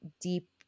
deep